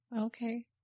Okay